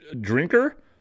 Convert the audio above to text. drinker